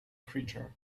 creature